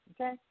okay